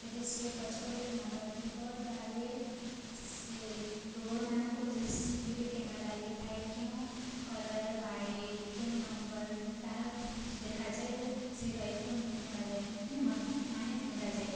ଯଦି ସେ ପଛପଟରେ ନମ୍ବର ଥିବ ତାହେଲେ ସେ ପ୍ରୋଡମାନଙ୍କୁ ସିଟିଭି କ୍ୟାମେରା ଲାଗିଥାଏ କେଉଁ କଲର ବାଇକ୍ କେଉଁ ନମ୍ବର ତାହା ଦେଖାଯାଏ ଓ ସେ ବାଇକକୁ ଢୁଣ୍ଡାଯାଏ ହେଲେ ମାନେ ନୋରାଯାଏ